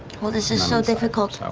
well this is so difficult. ah